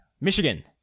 Michigan